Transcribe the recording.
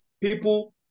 people